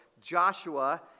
Joshua